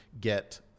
get